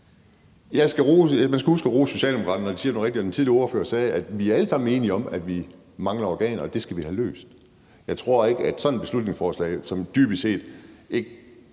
Man skal huske at rose Socialdemokraterne, når de siger noget rigtigt, og den tidligere ordfører sagde, at vi alle sammen er enige om, at der mangler organer, og det skal vi have løst. Jeg tror ikke, at sådan et beslutningsforslag, som dybest set ikke